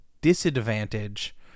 disadvantage